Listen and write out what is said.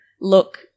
look